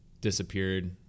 disappeared